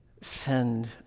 send